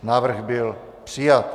Návrh byl přijat.